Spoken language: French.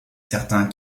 certains